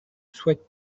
souhaite